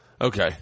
Okay